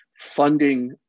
funding